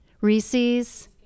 Reese's